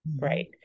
right